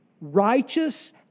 Righteous